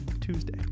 Tuesday